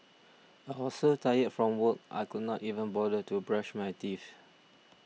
I was so tired from work I could not even bother to brush my teeth